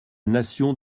nation